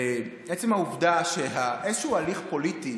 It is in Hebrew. עצם העובדה שאיזשהו הליך פוליטי